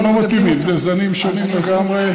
הם לא מתאימים, אלה זנים שונים לגמרי.